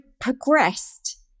progressed